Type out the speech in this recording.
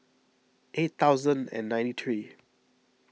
eight thousand and ninety three